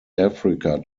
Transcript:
africa